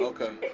Okay